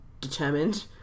determined